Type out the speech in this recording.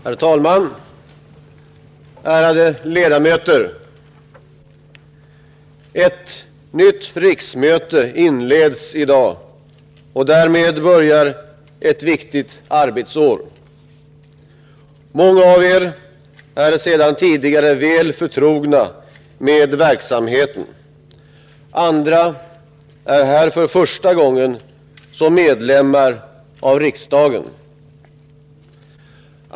Herr talman, ärade ledamöter! Ett nytt riksmöte inleds i dag, och därmed börjar ett viktigt arbetsår. Många av er är sedan tidigare väl förtrogna med verksamheten. Andra är här för första gången som ledamöter av riksdagen.